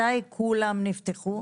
מתי כולם נפתחו?